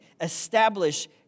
establish